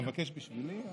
אתה מבקש בשבילי?